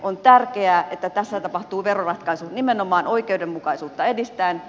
on tärkeää että tässä tapahtuu veroratkaisu nimenomaan oikeudenmukaisuutta edistäen